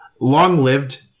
long-lived